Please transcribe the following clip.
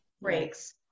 breaks